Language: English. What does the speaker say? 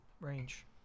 range